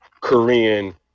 Korean